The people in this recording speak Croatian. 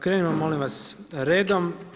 Krenimo molim vas redom.